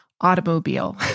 automobile